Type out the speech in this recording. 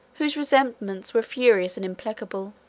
whose resentments were furious and implacable.